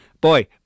boy